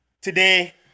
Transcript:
today